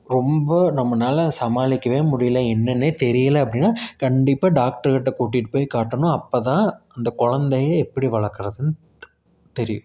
ரொம்ப நம்பனால் சமாளிக்கவே முடியலை என்னன்னே தெரியலை அப்படின்னா கண்டிப்பாக டாக்டருக்கிட்ட கூட்டிட்டு போய் காட்டணும் அப்போ தான் அந்த குலந்தைய எப்படி வளர்க்கறதுன்னு தெரியும்